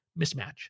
mismatch